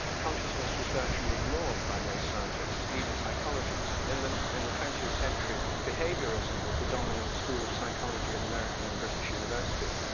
consciousness was virtually ignored by most scientists, even psychologists. and in the in the twentieth century, behaviorism was the dominant school of psychology in american and british universities.